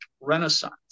renaissance